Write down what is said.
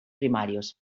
primarios